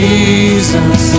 Jesus